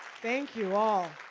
thank you all.